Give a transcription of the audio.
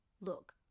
Look